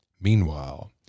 Meanwhile